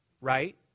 right